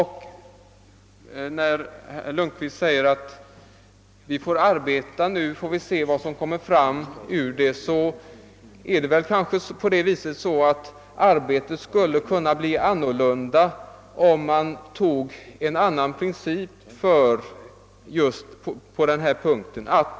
Herr Lundkvist säger: Vi får nu arbeta för att se vad som kommer fram ur det hela. Kanske är det så att arbetet skulle kunna bli annorlunda om man lät en annan princip ligga till grund just på den här punkten.